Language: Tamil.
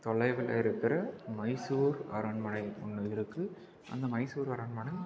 தொலைவில் இருக்கிற மைசூர் அரண்மனை ஒன்று இருக்கு அந்த மைசூர் அரண்மனை